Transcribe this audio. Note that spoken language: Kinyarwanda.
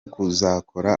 kuzakora